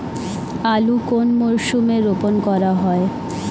আলু কোন মরশুমে রোপণ করা হয়?